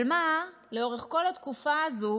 אבל מה, לאורך כל התקופה הזו